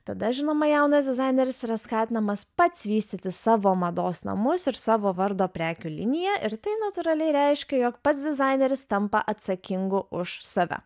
tada žinoma jaunas dizaineris yra skatinamas pats vystyti savo mados namus ir savo vardo prekių liniją ir tai natūraliai reiškia jog pats dizaineris tampa atsakingu už save